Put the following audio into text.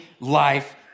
life